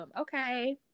okay